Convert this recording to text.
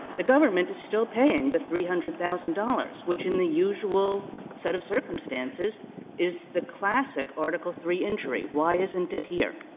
the government is still paying the three hundred thousand dollars, which in the usual set of circumstances is the classic article iii injury. why isn't it here?